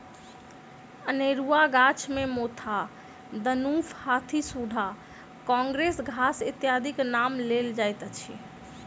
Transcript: अनेरूआ गाछ मे मोथा, दनुफ, हाथीसुढ़ा, काँग्रेस घास इत्यादिक नाम लेल जाइत अछि